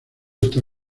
está